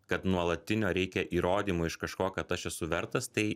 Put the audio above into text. kad nuolatinio reikia įrodymo iš kažko kad aš esu vertas tai